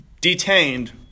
detained